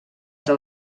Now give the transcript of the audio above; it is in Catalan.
del